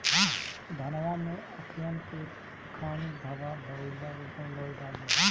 धनवा मै अखियन के खानि धबा भयीलबा कौन दवाई डाले?